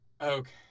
Okay